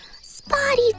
Spotty